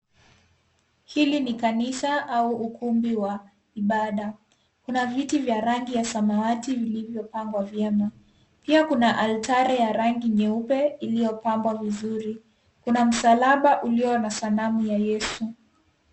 Hili ni kanisa au ukumbi wa ibada. Kuna viti vya rangi ya samawati vilivyopangwa vyema, pia kuna altare ya rangi nyeupe iliyopambwa vizuri, kuna msalaba ulio na sanamu ya Yesu.